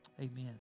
Amen